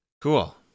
cool